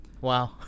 Wow